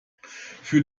für